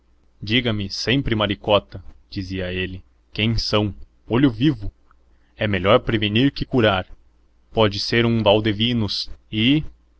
diga-me sempre maricota dizia ele quem são olho vivo é melhor prevenir que curar pode ser um valdevinos e